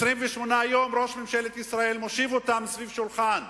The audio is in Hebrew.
28 יום ראש ממשלת ישראל מושיב אותם סביב שולחן,